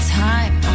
time